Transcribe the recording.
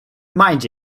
mind